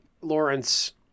lawrence